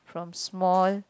from small